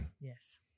Yes